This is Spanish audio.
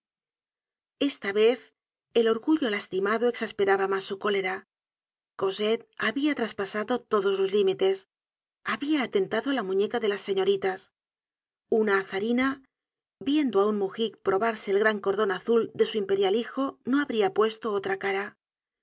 esta vez el orgullo lastimado exasperaba mas su cólera cosette habia traspasado todos los límites habia atentado á la muñeca de las seño ritas una czarina viendo á un mugick probarse el gran cordon azul de su imperial hijo no habria puesto otra cara